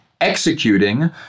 executing